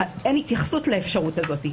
אין התייחסות לאפשרות הזאת,